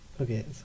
okay